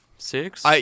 Six